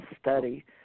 study